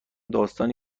داستانی